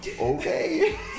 okay